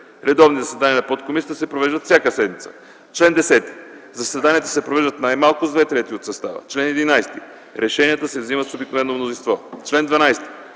Редовните заседания на подкомисията се провеждат всяка седмица. Чл. 10. Заседанията се провеждат най-малко с две трети от състава. Чл. 11. Решенията се взимат с обикновено мнозинство. Чл. 12.